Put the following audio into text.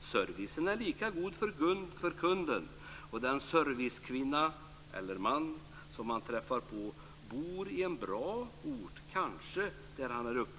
Servicen är lika god för kunden, och den servicekvinna eller man som svarar bor i en bra ort, kanske där hon eller han är uppväxt.